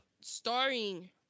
starring